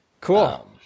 Cool